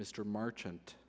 mr marchant